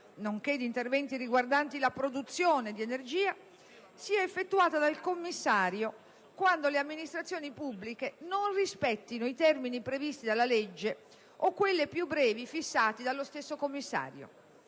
nonché di interventi riguardanti la produzione dell'energia sia effettuata dal Commissario quando le amministrazioni pubbliche non rispettino i termini previsti dalla legge o quelli più brevi fissati dallo stesso Commissario.